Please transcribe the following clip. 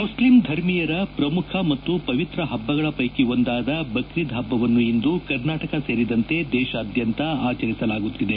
Muslim ಧರ್ಮೀಯರ ಪ್ರಮುಖ ಮತ್ತು ಪವಿತ್ರ ಹಬ್ಬಗಳ ಪೈಕಿ ಒಂದಾದ ಬಕ್ರೀದ್ ಹಬ್ಬವನ್ನು ಇಂದು ಕರ್ನಾಟಕ ಸೇರಿದಂತೆ ದೇಶಾದ್ಯಂತ ಆಚರಿಸಲಾಗುತ್ತದೆ